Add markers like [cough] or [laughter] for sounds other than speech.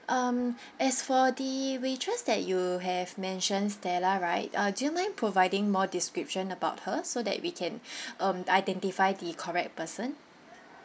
um as for the waitress that you have mention stella right uh do you mind providing more description about her so that we can [breath] um identify the correct person